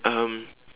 um